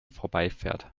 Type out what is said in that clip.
vorbeifährt